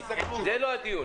זה לא הדיון.